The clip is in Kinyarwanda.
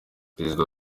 perezida